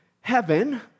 heaven